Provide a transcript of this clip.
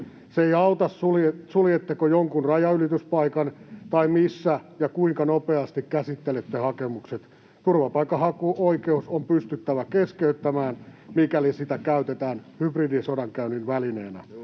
Ei auta, suljetteko jonkun rajanylityspaikan tai missä ja kuinka nopeasti käsittelette hakemukset: turvapaikanhakuoikeus on pystyttävä keskeyttämään, mikäli sitä käytetään hybridisodankäynnin välineenä.